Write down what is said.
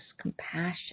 compassion